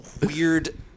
weird